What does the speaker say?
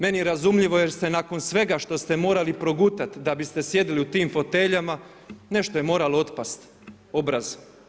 Meni razumljivo jer ste nakon svega što ste morali progutati da biste sjedili u tim foteljama, nešto je moralo otpasti, obraz.